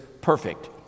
perfect